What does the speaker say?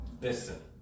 Listen